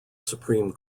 supreme